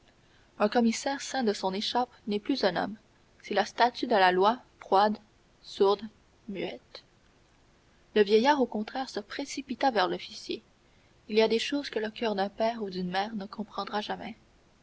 un commissaire ceint de son écharpe n'est plus un homme c'est la statue de la loi froide sourde muette le vieillard au contraire se précipita vers l'officier il y a des choses que le coeur d'un père ou d'une mère ne comprendra jamais